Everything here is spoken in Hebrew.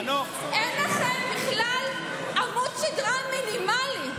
אין לכם בכלל עמוד שדרה מינימלי,